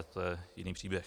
To je jiný příběh.